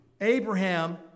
Abraham